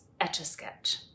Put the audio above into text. etch-a-sketch